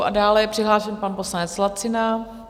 A dále je přihlášen pan poslanec Lacina.